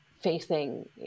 facing